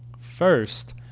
first